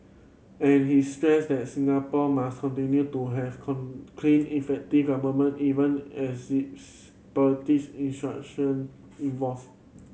and he stressed that Singapore must continue to have clean effective government even as politics institution evolve